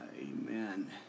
Amen